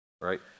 right